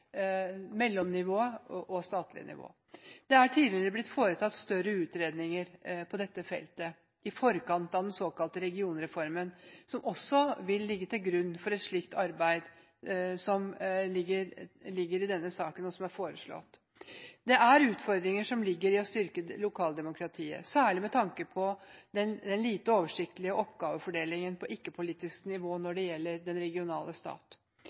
og statlig nivå. Det er tidligere, i forkant av den såkalte regionreformen, blitt foretatt større utredninger på dette feltet som også vil ligge til grunn for et slikt arbeid, som er foreslått i denne saken. Det er utfordringer som ligger i å styrke lokaldemokratiet. Særlig gjelder det den lite oversiktlige oppgavefordelingen på ikke-politisk nivå, og det gjelder den regionale stat.